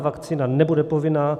Vakcína nebude povinná.